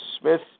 Smith